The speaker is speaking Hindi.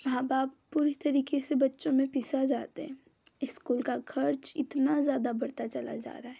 माँ बाप पूरी तरीके से बच्चों में पिस जाते हैं इस्कूल का खर्च इतना ज़्यादा बढ़ता चला जा रहा है